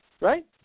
Right